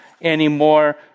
anymore